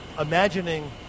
imagining